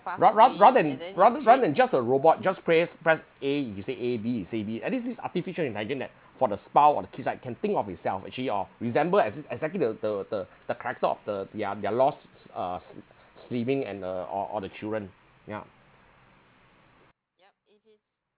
ra~ ra~ rather than rather than just a robot just play press a you say a b you say b at least this artificial intelligent that for the spouse or the kids right can think of itself actually or resemble exa~ exactly the the the the character of the their their lost uh sibling and uh or or the children yeah